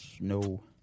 No